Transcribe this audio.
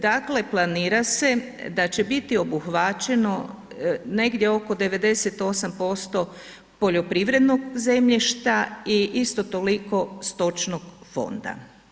Dakle planira se da će biti obuhvaćeno negdje oko 98% poljoprivrednog zemljišta i isto toliko stočnog fonda.